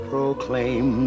Proclaim